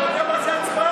אתה יודע מה זה הצבעה?